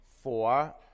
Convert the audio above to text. Four